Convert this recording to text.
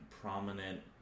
prominent